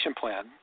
plan